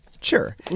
Sure